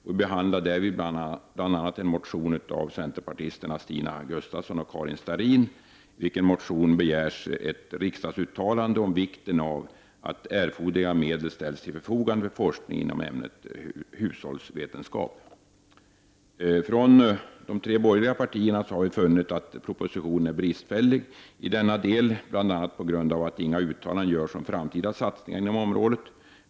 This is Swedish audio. Vi har därvid behandlat bl.a. en motion av centerpartisterna Stina Gustavsson och Karin Starrin i vilken begärs ett riksdagsuttalande om vikten av att erforderliga medel ställs till förfogande för forskning inom ämnet hushållsvetenskap. Från de tre borgerliga partierna har vi funnit att propositionen är bristfällig i denna del, bl.a. på grund av att inga uttalanden görs om framtida satsningar inom området.